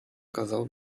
казав